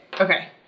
Okay